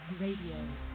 Radio